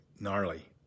Gnarly